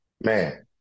man